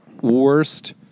worst